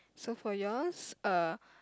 so for yours uh